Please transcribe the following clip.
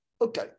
Okay